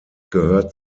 gehört